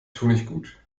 tunichtgut